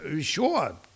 Sure